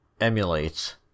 emulates